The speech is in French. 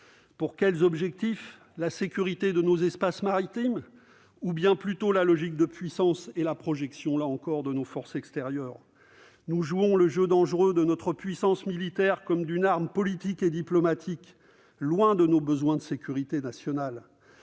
pour quels objectifs ? La sécurité de nos espaces maritimes ? Ou bien plutôt dans une logique de puissance et de projection, là encore, de nos forces extérieures ? Nous jouons un jeu dangereux en usant de notre puissance militaire comme d'une arme politique et diplomatique, loin de nos besoins de sécurité nationale.